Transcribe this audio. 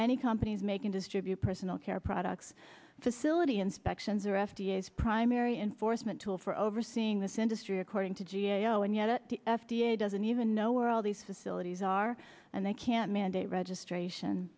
many companies making distribute personal care products facility inspections are f d a is primary enforcement tool for overseeing this industry according to g a o and yet the f d a doesn't even know where all these facilities are and they can't mandate registration